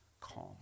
calm